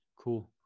Cool